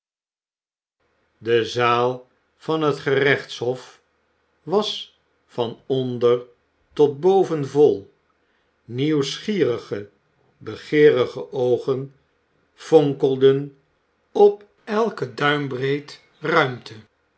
de zaal van het gerechtshof was van onder tot boven vol nieuwsgierige begeerige oogen fonkelden op eiken duimbreed ruimte